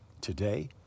today